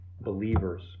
believers